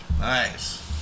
Nice